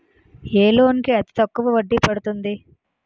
ఏ loan కి అతి తక్కువ వడ్డీ పడుతుంది?